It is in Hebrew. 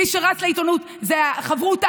מי שרץ לעיתונות זה חברותא,